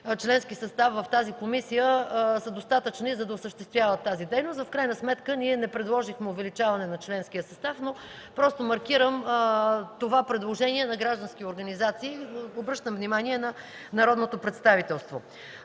членски състав в тази комисия са достатъчни, за да осъществяват тази дейност. В крайна сметка ние не предложихме увеличаване на членския състав, просто маркирам предложението на гражданските организации и обръщам внимание на народното представителство.